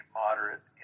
moderate